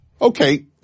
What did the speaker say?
Okay